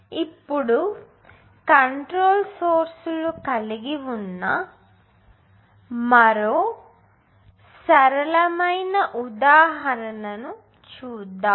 ఇప్పుడు control source లు కలిగివున్న మరో సరళమైన ఉదాహరణ చూద్దాం